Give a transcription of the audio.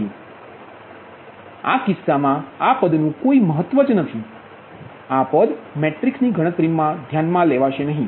તેથી તે કિસ્સામાં આ પદ નુ કઇ મહત્વ નથી તેથી આ પદ મેટ્રિક્સની ગણતરીમા ધ્યાનમાં લેવાશે નહી